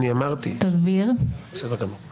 הרי יש פה חוקים שכולם פועלים באותו וקטור.